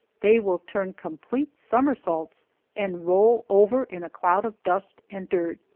they will turn complete somersaults and roll over in a cloud of dust and dirt.